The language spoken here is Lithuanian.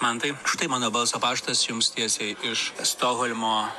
mantai štai mano balso paštas jums tiesiai iš stokholmo